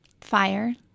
Fire